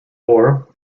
war